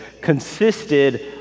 consisted